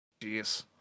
Jeez